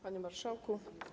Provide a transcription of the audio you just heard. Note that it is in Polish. Panie Marszałku!